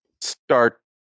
Start